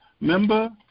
member